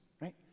right